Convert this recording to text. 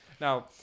now